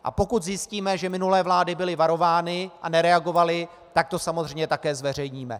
A pokud zjistíme, že minulé vlády byly varovány a nereagovaly, tak to samozřejmě také zveřejníme.